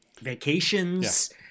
vacations